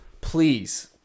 Please